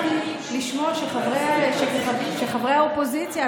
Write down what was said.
אני גם שמחתי לשמוע שחברי האופוזיציה,